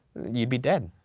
you'd be dead.